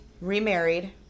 remarried